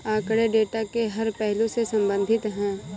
आंकड़े डेटा के हर पहलू से संबंधित है